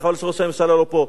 וחבל שראש הממשלה לא פה,